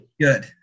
Good